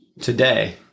today